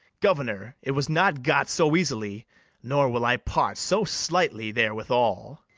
governor, it was not got so easily nor will i part so slightly therewithal.